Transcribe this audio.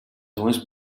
següents